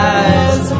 eyes